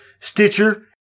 Stitcher